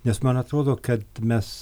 nes man atrodo kad mes